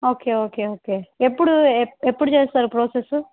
okay okay okay ఎప్పుడు ఎప్పుడు చేస్తారు ప్రొసెస్సు